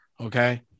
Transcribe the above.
Okay